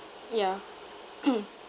ah yeah